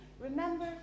remember